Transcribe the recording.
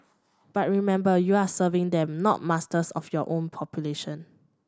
but remember you are serving them not masters of your own population